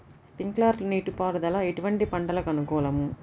Sprinkler నీటిపారుదల ఎటువంటి పంటలకు అనుకూలము?